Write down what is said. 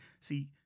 See